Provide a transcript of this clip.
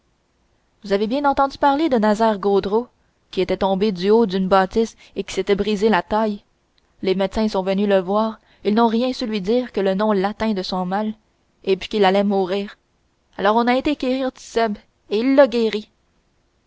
vous avez bien entendu parler de nazaire gaudreau qui était tombé du haut d'une bâtisse et qui s'était brisé la taille les médecins sont venus le voir ils n'ont rien su lui dire que le nom latin de son mal et puis qu'il allait mourir alors on a été quérir tit'sèbe et il